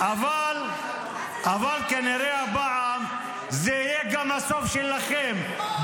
--- אבל כנראה הפעם זה יהיה גם הסוף שלכם.